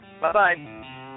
Bye-bye